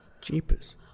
Jeepers